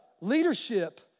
leadership